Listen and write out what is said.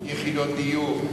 ל-10,000 יחידות דיור.